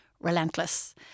relentless